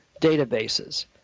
databases